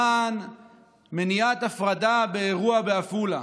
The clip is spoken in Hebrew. למען מניעת הפרדה באירוע בעפולה.